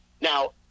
Now